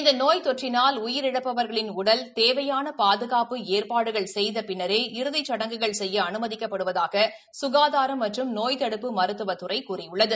இந்த நோய் தொற்றினால் உயிரிழப்பவர்களின் உடல் தேவையான பாதுகாப்பு ஏற்பாடுகள் செய்த பின்னரே இறுதி சடங்குகள் செய்ய அனுமதிக்கப்படுவதாக சுகாதார மற்றும் நோய் தடுப்பு மருத்துவ துறை கூறியுள்ளது